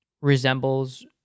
resembles